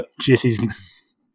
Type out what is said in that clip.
Jesse's